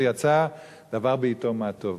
ויצא דבר בעתו מה טוב,